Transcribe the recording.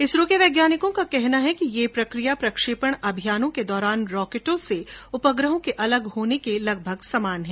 इसरो के वैज्ञानिकों का कहना है कि यह प्रक्रिया प्रक्षेपण अभियानों के दौरान रॉकेटों से उपग्रहों के अलग होने के लगभग समान है